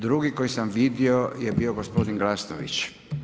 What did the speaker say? Drugi koji sam vidio je bio gospodin Glasnović.